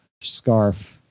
scarf